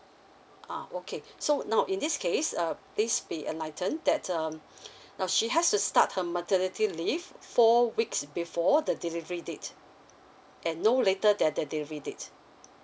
ah okay so now in this case uh please be enlighten that's um now she has to start her maternity leave four weeks before the delivery date and no later than the delivery date